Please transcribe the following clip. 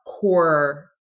core